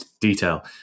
detail